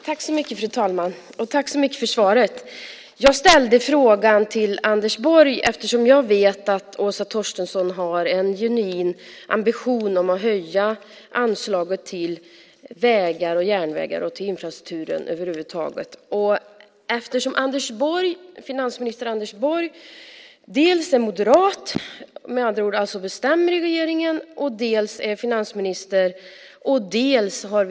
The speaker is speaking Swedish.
Fru talman! Jag tackar statsrådet för svaret. Jag ställde frågan till Anders Borg eftersom jag vet att Åsa Torstensson har en genuin ambition att höja anslaget till vägar, järnvägar och infrastruktur över huvud taget. Anders Borg är dels moderat, och bestämmer alltså i regeringen, och dels finansminister.